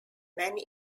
many